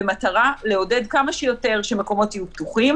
במטרה לעודד כמה שיותר שמקומות יהיו פתוחים